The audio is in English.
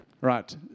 Right